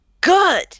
Good